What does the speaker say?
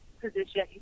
position